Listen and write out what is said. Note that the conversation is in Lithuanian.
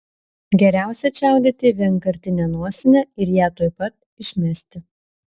geriausia čiaudėti į vienkartinę nosinę ir ją tuoj pat išmesti